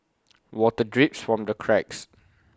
water drips from the cracks